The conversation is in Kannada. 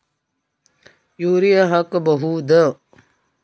ಯೂರಿಯ ಹಾಕ್ ಬಹುದ?